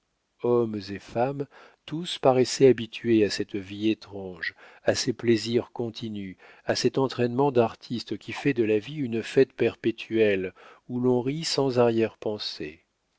hommes et femmes tous paraissaient habitués à cette vie étrange à ces plaisirs continus à cet entraînement d'artiste qui fait de la vie une fête perpétuelle où l'on rit sans arrière-pensées